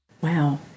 Wow